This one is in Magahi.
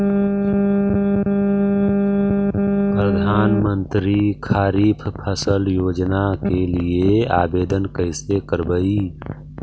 प्रधानमंत्री खारिफ फ़सल योजना के लिए आवेदन कैसे करबइ?